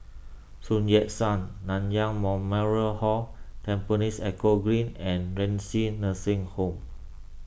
Sun Yat Sen Nanyang Memorial Hall Tampines Eco Green and Renci Nursing Home